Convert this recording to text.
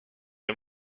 est